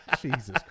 Jesus